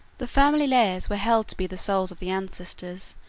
the family lars were held to be the souls of the ancestors,